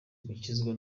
gukizwa